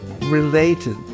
related